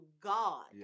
God